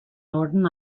northern